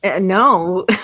No